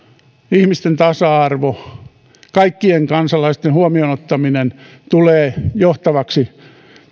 ihmisten tasa arvo ja kaikkien kansalaisten huomioon ottaminen tulee johtavaksi